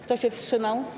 Kto się wstrzymał?